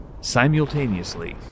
Simultaneously